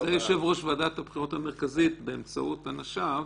זה יושב-ראש ועדת הבחירות המרכזית, באמצעות אנשיו,